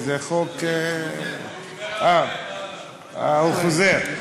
זה חוק, הוא חוזר.